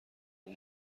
اون